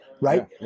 right